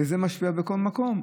זה משפיע בכל מקום.